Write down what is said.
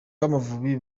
b’amavubi